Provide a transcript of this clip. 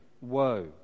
Woe